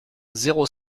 zéro